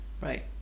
Right